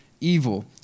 evil